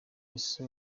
ese